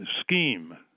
scheme